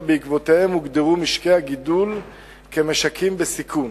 בעקבותיהן הוגדרו משקי הגידול כ"משקים בסיכון".